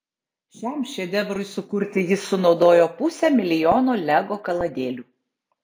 šiam šedevrui sukurti jis sunaudojo pusę milijono lego kaladėlių